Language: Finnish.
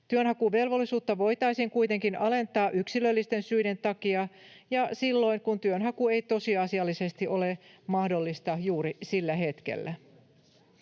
Työnhakuvelvollisuutta voitaisiin kuitenkin alentaa yksilöllisten syiden takia ja silloin, kun työnhaku ei tosiasiallisesti ole mahdollista juuri sillä hetkellä.